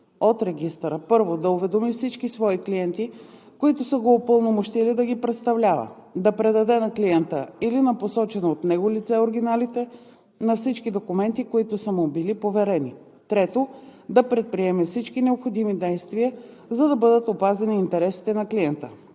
от регистъра: 1. да уведоми всички свои клиенти, които са го упълномощили да ги представлява; 2. да предаде на клиента или на посочено от него лице оригиналите на всички документи, които са му били поверени; 3. да предприеме всички необходими действия, за да бъдат опазени интересите на клиента.